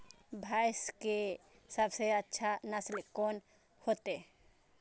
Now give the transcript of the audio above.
भैंस के सबसे अच्छा नस्ल कोन होते?